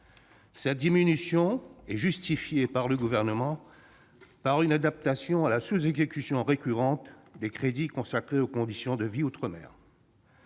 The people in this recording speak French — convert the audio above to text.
Cette diminution est justifiée par le Gouvernement par une adaptation à la sous-exécution récurrente des crédits consacrés aux conditions de vie outre-mer.